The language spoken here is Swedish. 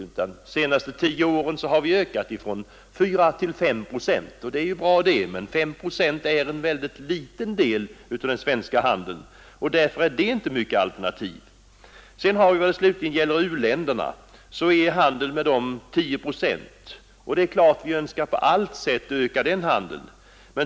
Under de senaste tio åren har den ökat från 4 till 5 procent. Det är ju bra, men 5 procent är en ytterst liten del av den svenska handeln. Därför är det inte mycket till alternativ. Vad slutligen gäller u-länderna så är handeln med dessa 10 procent, och det önskar vi på allt sätt öka.